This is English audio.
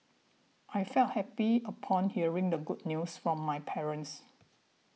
I felt happy upon hearing the good news from my parents